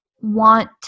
want